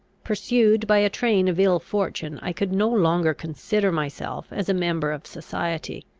pursued by a train of ill fortune, i could no longer consider myself as a member of society.